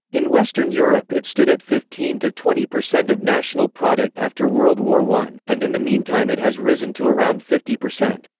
in western europe it stood at fifteen to twenty percent of national product after world war i, and in the meantime it has risen to around fifty percent.